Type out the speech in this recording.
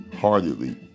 heartedly